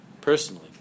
personally